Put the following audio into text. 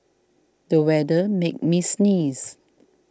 the weather made me sneeze